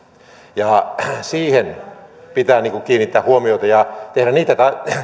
siihen pitää kiinnittää huomiota ja tehdä niitä